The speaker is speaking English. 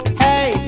hey